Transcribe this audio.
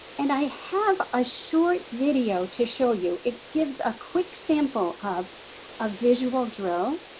and i have a short video to show you. it gives a quick sample of a visual drill,